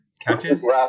catches